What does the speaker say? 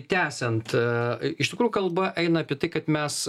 tęsiant i iš tikrųjų kalba eina apie tai kad mes